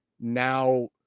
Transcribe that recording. now